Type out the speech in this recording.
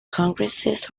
congresses